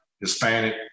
Hispanic